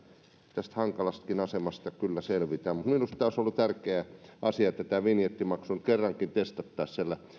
tästä hankalastakin asemasta kyllä selvitään minusta tämä olisi ollut tärkeä asia että tämä vinjettimaksu olisi kerrankin testattu siellä